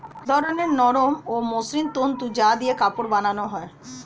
এক ধরনের নরম ও মসৃণ তন্তু যা দিয়ে কাপড় বানানো হয়